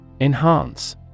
Enhance